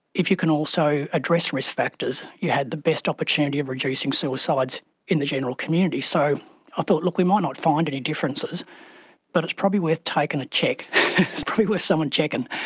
if you can also address risk factors, you had the best opportunity of reducing suicides in the general community. so i thought, look, we might not find any differences but it's probably worth taking a check, it's probably worth someone checking.